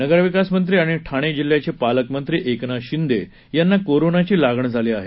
नगरविकासमंत्री आणि ठाणे जिल्ह्याचे पालकमंत्री एकनाथ शिंदे यांना कोरोनाची लागण झाली आहे